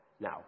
Now